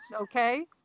okay